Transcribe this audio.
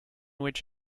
which